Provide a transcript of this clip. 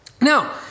Now